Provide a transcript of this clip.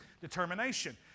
determination